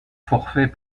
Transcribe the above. forfait